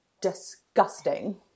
disgusting